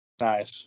Nice